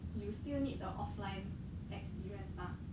you still need the offline experience mah